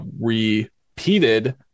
repeated